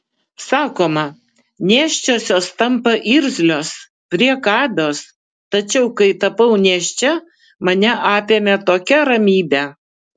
sakoma nėščiosios tampa irzlios priekabios tačiau kai tapau nėščia mane apėmė tokia ramybė